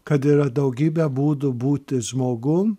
kad yra daugybė būdų būti žmogum